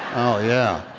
oh, yeah.